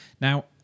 Now